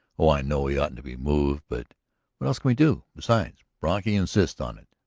oh, i know he oughtn't to be moved, but what else can we do? besides, brocky insists on it.